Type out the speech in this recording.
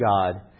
God